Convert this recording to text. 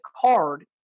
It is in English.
card